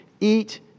eat